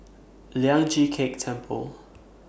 Lian Chee Kek Temple